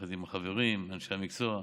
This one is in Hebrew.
יחד עם החברים, אנשי המקצוע.